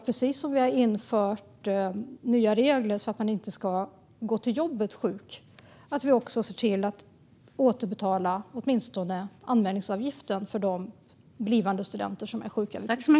Precis som vi har infört nya regler så att man inte ska gå till jobbet sjuk hoppas jag därför att vi också kan se till att återbetala åtminstone anmälningsavgiften för de blivande studenter som är sjuka vid provtillfället.